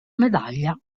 medaglia